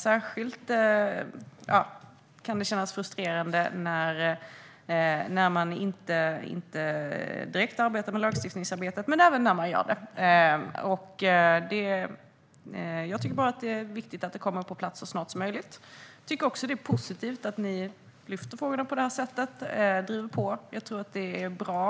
Det kan kännas särskilt frustrerande när man inte direkt arbetar med lagstiftningsarbetet men även när man gör det. Jag tycker bara att det är viktigt att det kommer på plats så snart som möjligt. Jag tycker också att det är positivt att ni tar upp frågorna på detta sätt och att ni driver på. Jag tror att det är bra.